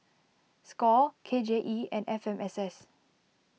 Score K J E and F M S S